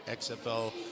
XFL